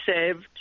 saved